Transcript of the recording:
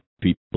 people